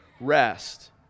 rest